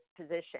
position